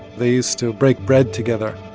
they used to break bread together